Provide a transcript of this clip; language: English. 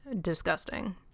disgusting